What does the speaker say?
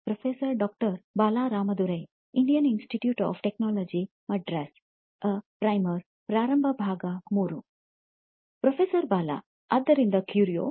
professor Bala ಆದ್ದರಿಂದ Curio